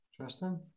Tristan